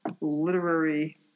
literary